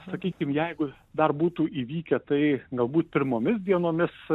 sakykim jeigu dar būtų įvykę tai galbūt pirmomis dienomis